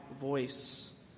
voice